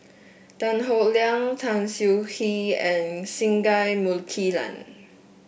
Tan Howe Liang Tan Siah Kwee and Singai Mukilan